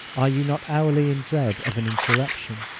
are you not hourly in dread of an insurrection?